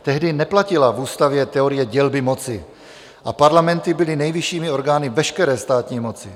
Tehdy neplatila v ústavě teorie dělby moci a parlamenty byly nejvyššími orgány veškeré státní moci.